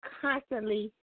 constantly